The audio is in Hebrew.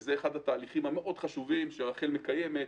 וזה אחד התהליכים החשובים ביותר שרח"ל מקיימת.